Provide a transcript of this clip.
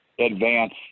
advance